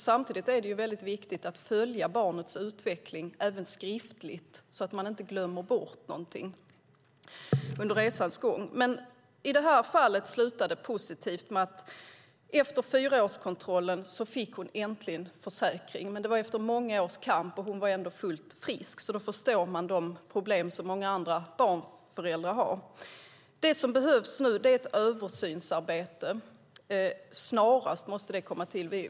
Samtidigt är det väldigt viktigt att följa barnets utveckling även skriftligt, så att man inte glömmer bort någonting under resans gång. I det här fallet slutade det positivt med att hon efter fyraårskontrollen äntligen fick en försäkring. Men det var efter många års kamp, och hon var ändå fullt frisk. Då förstår man de problem som många andra föräldrar har. Det som behövs nu är ett översynsarbete. Snarast måste det komma till.